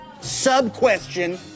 Sub-question